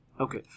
Okay